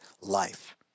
life